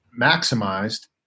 maximized